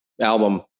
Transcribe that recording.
album